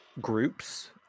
groups